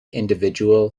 individual